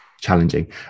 challenging